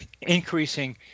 increasing